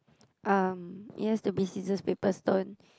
um it has to be scissors paper stone